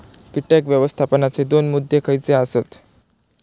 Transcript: कीटक व्यवस्थापनाचे दोन मुद्दे खयचे आसत?